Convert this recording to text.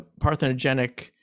parthenogenic